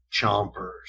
chompers